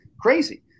crazy